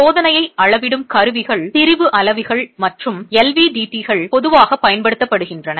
சோதனையை அளவிடும் கருவிகள் திரிபு அளவிகள் மற்றும் LVDTகள் பொதுவாகப் பயன்படுத்தப்படுகின்றன